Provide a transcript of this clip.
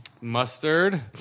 Mustard